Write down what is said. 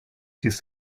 his